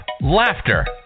laughter